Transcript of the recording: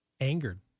angered